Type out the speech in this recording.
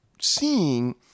seeing